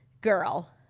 girl